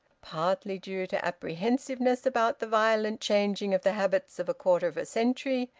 partly due to apprehensiveness about the violent changing of the habits of a quarter of a century,